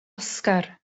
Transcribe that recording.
oscar